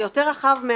זה יותר רחב.